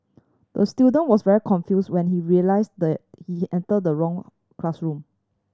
the student was very confused when he realised the he entered the wrong classroom